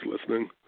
listening